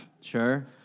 Sure